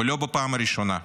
ולא בפעם הראשונה.